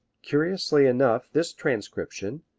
curiously enough this transcription,